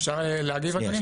אפשר להגיב אדוני?